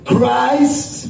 Christ